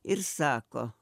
ir sako